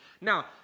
Now